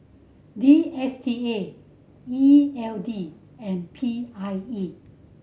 D S T A E L D and P I E